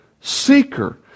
seeker